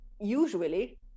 usually